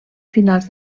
finals